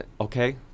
Okay